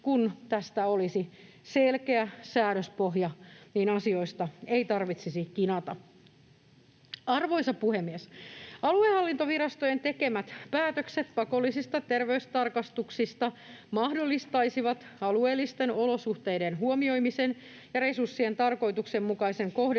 Kun tästä olisi selkeä säädöspohja, niin asioista ei tarvitsisi kinata. Arvoisa puhemies! Aluehallintovirastojen tekemät päätökset pakollisista terveystarkastuksista mahdollistaisivat alueellisten olosuhteiden huomioimisen ja resurssien tarkoituksenmukaisen kohdentamisen